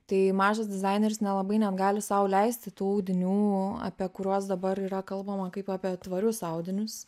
tai mažas dizaineris nelabai net gali sau leisti tų audinių apie kuriuos dabar yra kalbama kaip apie tvarius audinius